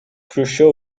khrushchev